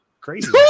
crazy